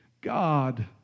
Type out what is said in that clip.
God